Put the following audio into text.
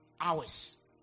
hours